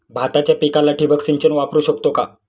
भाताच्या पिकाला ठिबक सिंचन वापरू शकतो का?